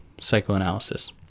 psychoanalysis